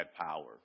power